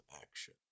action